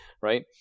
right